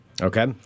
Okay